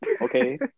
okay